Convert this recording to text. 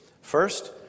First